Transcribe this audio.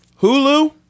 hulu